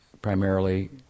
primarily